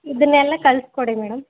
ಇದನೆಲ್ಲ ಕಳ್ಸಿ ಕೊಡಿ ಮೇಡಮ್